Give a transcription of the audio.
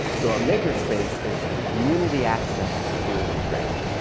so a maker space is a community access to tools and training.